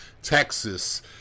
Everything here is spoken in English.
Texas